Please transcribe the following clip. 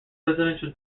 residential